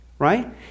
Right